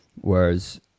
Whereas